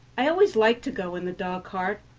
i always liked to go in the dog-cart,